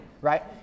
right